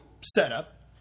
setup